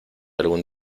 algún